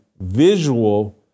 visual